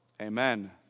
Amen